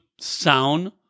sound